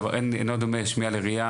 אינו דומה שמיעה לראיה,